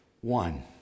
one